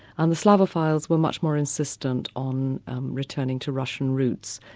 and the slavophiles were much more insistent on returning to russian roots,